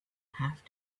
have